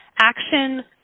action